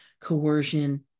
coercion